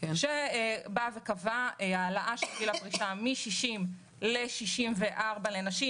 שקבע העלאה של גיל הפרישה מ-60 ל-64 לנשים,